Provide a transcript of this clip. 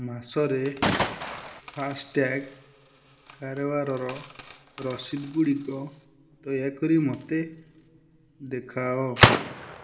ମାସରେ ଫାସ୍ଟ୍ୟାଗ୍ କାରବାରର ରସିଦ୍ଗୁଡ଼ିକ ଦୟାକରି ମୋତେ ଦେଖାଅ